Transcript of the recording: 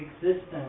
existence